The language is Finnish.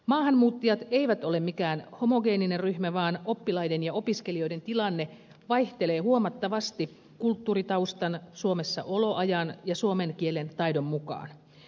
maahanmuuttajat eivät ole mikään homogeeninen ryhmä vaan oppilaiden ja opiskelijoiden tilanne vaihtelee huomattavasti kulttuuritaustan suomessa oloajan ja suomen kielen taidon mukaan